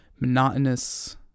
monotonous